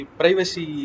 privacy